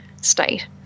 state